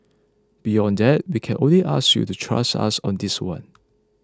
beyond that we can only ask you to trust us on this one